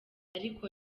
ariko